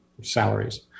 salaries